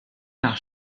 нүүр